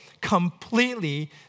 completely